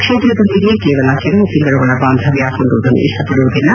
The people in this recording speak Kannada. ಕ್ಷೇತ್ರದೊಂದಿಗೆ ಕೇವಲ ಕೆಲವು ತಿಂಗಳುಗಳ ಬಾಂಧವ್ಯ ಹೊಂದುವುದನ್ನು ಇಪ್ಲಪಡುವುದಿಲ್ಲ